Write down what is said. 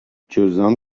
جذام